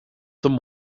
them